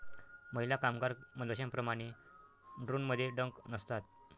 महिला कामगार मधमाश्यांप्रमाणे, ड्रोनमध्ये डंक नसतात